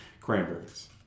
cranberries